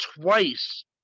twice